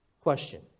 Question